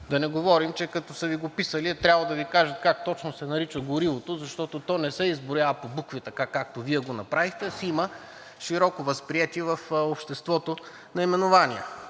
Да не говорим, че като са Ви го писали, е трябвало да Ви кажат как точно се нарича горивото, защото то не се изброява по букви, така както Вие го направихте, а си има широко възприети в обществото наименования.